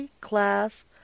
class